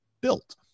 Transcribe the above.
built